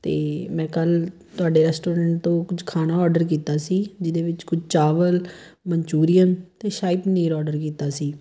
ਅਤੇ ਮੈਂ ਕੱਲ੍ਹ ਤੁਹਾਡੇ ਰੈਸਟੋਰੈਂਟ ਤੋਂ ਕੁਝ ਖਾਣਾ ਔਡਰ ਕੀਤਾ ਸੀ ਜਿਹਦੇ ਵਿੱਚ ਕੁਝ ਚਾਵਲ ਮਨਚੂਰੀਅਨ ਅਤੇ ਸ਼ਾਹੀ ਪਨੀਰ ਔਡਰ ਕੀਤਾ ਸੀ